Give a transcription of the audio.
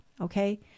okay